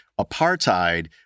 apartheid